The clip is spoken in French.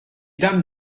dames